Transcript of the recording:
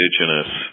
Indigenous